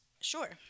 Sure